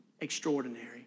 extraordinary